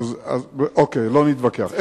אוקיי, לא נתווכח.